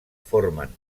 formen